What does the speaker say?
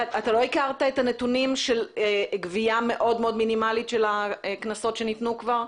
לא הכרת נתונים של גבייה מאוד מאוד מינימלית של הקנסות שכבר ניתנו?